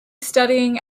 studying